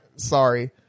sorry